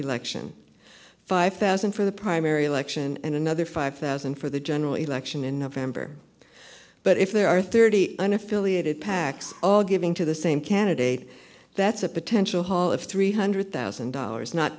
election five thousand for the primary election and another five thousand for the general election in november but if there are thirty unaffiliated pacs all giving to the same candidate that's a potential haul of three hundred thousand dollars not